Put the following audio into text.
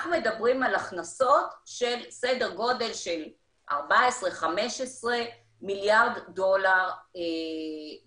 אנחנו מדברים על הכנסות של סדר גודל של 15-14 מיליארד דולר בקרן,